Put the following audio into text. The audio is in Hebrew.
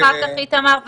אחר כך איתמר.